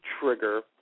trigger